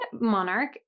monarch